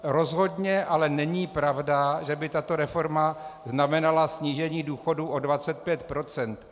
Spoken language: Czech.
Rozhodně ale není pravda, že by tato reforma znamenala snížení důchodů o 25 %.